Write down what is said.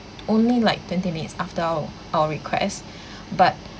only like twenty minutes after our our request but